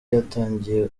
yatangiye